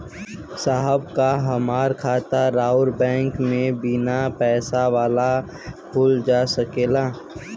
साहब का हमार खाता राऊर बैंक में बीना पैसा वाला खुल जा सकेला?